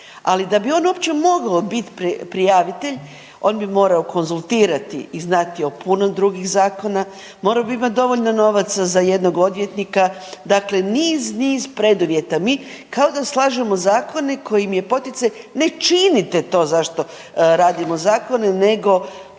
ali da bi on uopće mogao bit prijavitelj on bi morao konzultirati i znati o puno drugih zakona, morao bi imati dovoljno novaca za jednog odvjetnika, dakle niz, niz preduvjeta. Mi kao da slažemo zakone kojim je poticaj ne činite to zašto radimo zakone